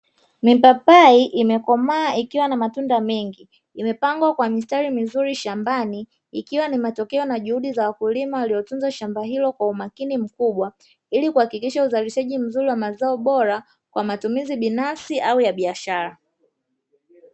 Mipapai imekomaa ikiwa na matunda mengi imepangwa kwa mistari mizuri shambani ikiwa ni matokeo na juhudi za wakulima waliotunza shamba hilo kwa umakini mkubwa, ili kuhakikisha uzalishaji mzuri wa mazao bora kwa matumizi binafsi au ya biashara.